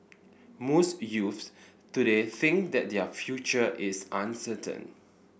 most youths today think that their future is uncertain